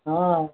हाँ